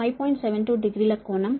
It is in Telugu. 72 డిగ్రీ ల కోణం మరియు కరెంటు 10